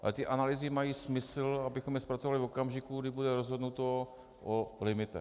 Ale ty analýzy mají smysl, abychom je zpracovali v okamžiku, kdy bude rozhodnuto o limitech.